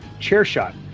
CHAIRSHOT